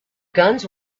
guns